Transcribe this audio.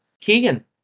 Keegan